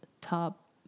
top